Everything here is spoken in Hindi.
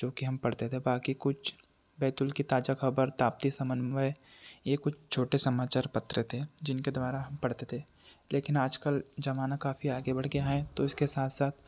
जो कि हम पढ़ते थे बाकी कुछ बैतूल की ताज़ा खबर ताप्ती समन्वय यह कुछ छोटे समाचार पत्र थे जिनके द्वारा हम पढ़ते थे लेकिन आज कल ज़माना काफ़ी आगे बढ़ गया है तो इसके साथ साथ